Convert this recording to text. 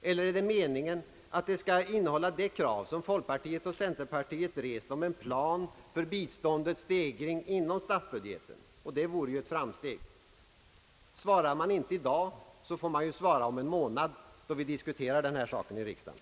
Eller är det meningen att programmet också skall innehålla det krav, som folkpartiet och centerpartiet rest, om en plan för biståndets stegring inom stadsbudgeten? Det senare vore ju ett framsteg. Svarar inte regeringen i dag, får man svara om en månad då u-hjälpen skall diskuteras här i riksdagen.